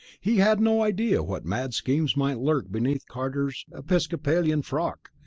he had no idea what mad schemes might lurk beneath carter's episcopalian frock,